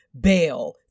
bail